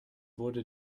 wurde